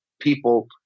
People